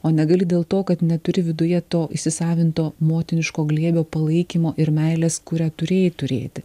o negali dėl to kad neturi viduje to įsisavinto motiniško glėbio palaikymo ir meilės kurią turėjai turėti